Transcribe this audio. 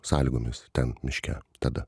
sąlygomis ten miške tada